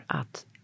att